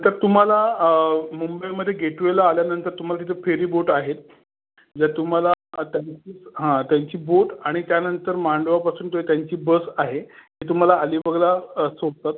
तर तुम्हाला मुंबईमध्ये गेटवेला आल्यानंतर तुम्हाला तिथे फेरी बोट आहे जर तुम्हाला त्यांची हां त्यांची बोट आणि त्यानंतर मांडवापासून ते त्यांची बस आहे ती तुम्हाला अलिबागला चोपतात